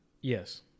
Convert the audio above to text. Yes